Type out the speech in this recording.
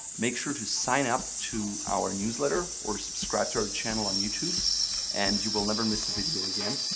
make sure to sign up to our newsletter or subscribe to our channel in youtube and you will never miss a video again.